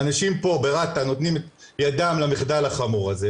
ואנשים פה ברת"א נותנים את ידם למחדל החמור הזה,